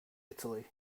italy